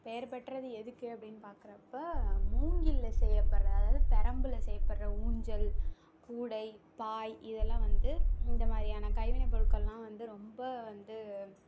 பெயர் பெற்றது எதுக்கு அப்டின்னு பாக்கிறப்ப மூங்கிலில் செய்யப்படுகிற அதாவது பிரம்புல செய்யப்படுகிற ஊஞ்சல் கூடை பாய் இதெல்லாம் வந்து இந்த மாதிரியான கைவினைப் பொருட்கள்லாம் வந்து ரொம்ப வந்து